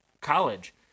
college